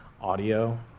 audio